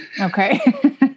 Okay